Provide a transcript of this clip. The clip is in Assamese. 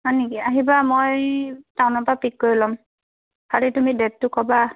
হয় নেকি আহিবা মই টাউনৰ পৰা পিক কৰি ল'ম খালি তুমি ডেটটো ক'বা